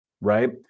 right